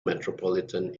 metropolitan